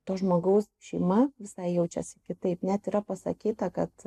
to žmogaus šeima visai jaučiasi kitaip net yra pasakyta kad